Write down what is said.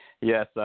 Yes